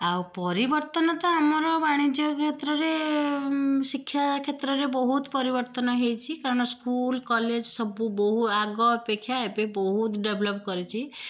ଆଉ ପରିବର୍ତ୍ତନ ତ ଆମର ବାଣିଜ୍ୟ କ୍ଷେତ୍ରରେ ଶିକ୍ଷା କ୍ଷେତ୍ରରେ ବହୁତ ପରିବର୍ତ୍ତନ ହେଇଛି କାରଣ ସ୍କୁଲ୍ କଲେଜ୍ ସବୁ ଆଗ ଅପେକ୍ଷା ଏବେ ବହୁତ ଡେଭଲପ୍ କରିଛି